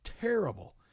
terrible